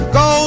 go